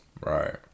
Right